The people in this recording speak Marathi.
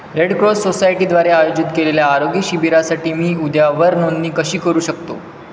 रेड क्रॉस सोसायटीद्वारे आयोजित केलेल्या आरोग्य शिबिरासाठी मी उद्यावर नोंदणी कशी करू शकतो